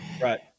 Right